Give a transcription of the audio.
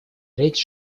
речь